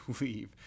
leave